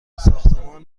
ساختمان